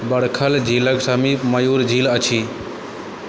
बड़खल झीलक समीप मयूर झील अछि